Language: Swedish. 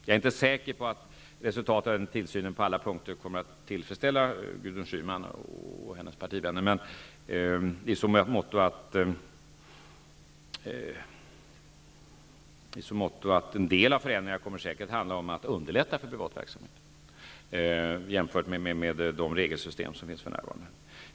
Jag är inte säker på att resultatet av den tillsynen på alla punkter kommer att tillfredsställa Gudrun Schyman och hennes partivänner, i så måtto att en del av förändringarna kommer att handla om att underlätta för privat verksamhet, jämfört med de regelsystem som finns för närvarande.